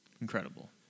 Incredible